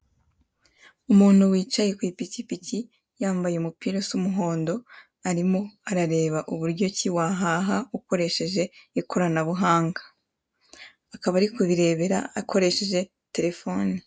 Umuntu wicaye ku ipikipiki yambaye umupira usa umuhondo arimo arareba uburyo ki wahaha ukoresheje ikoranabuhanga, akaba ari kubirebera akoresheje terefoni.